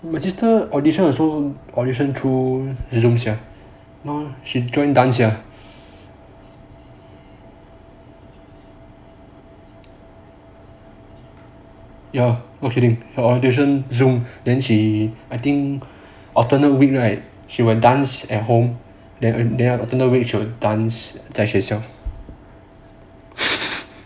my sister audition also audition through zoom sia she join dance sia ya not kidding her orientation zoom then she I think alternate week right she will dance at home then another week she will dance 在学校